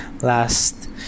last